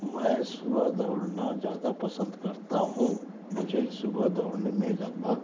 मैं सुबह दौड़ना ज़्यादा पसंद करता हूँ मुझे सुबह दौड़ने में लगभग